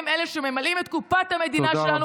הם שממלאים את קופת המדינה שלנו.